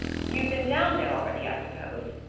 you've been down there already, i suppose?